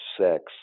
sex